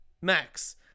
Max